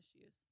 issues